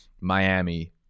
Miami